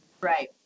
Right